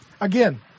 Again